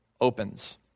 opens